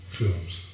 films